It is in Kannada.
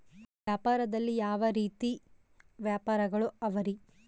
ವ್ಯಾಪಾರದಲ್ಲಿ ಯಾವ ರೇತಿ ವ್ಯಾಪಾರಗಳು ಅವರಿ?